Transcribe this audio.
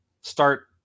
start